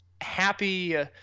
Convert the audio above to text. happy